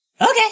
Okay